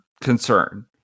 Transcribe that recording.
concern